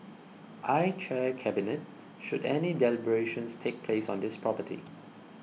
I chair cabinet should any deliberations take place on this property